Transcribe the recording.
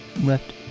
left